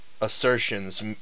assertions